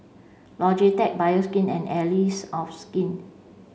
logitech Bioskin and Allies of Skin